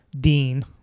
Dean